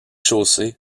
chaussée